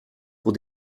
pour